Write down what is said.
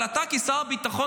אבל אתה כשר הביטחון,